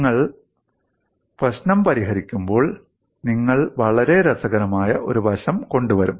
നിങ്ങൾ പ്രശ്നം പരിഹരിക്കുമ്പോൾ നിങ്ങൾ വളരെ രസകരമായ ഒരു വശം കൊണ്ടുവരും